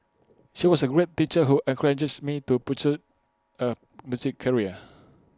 she was A great teacher who encourages me to pursue A music career